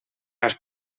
als